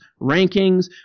rankings